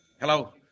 Hello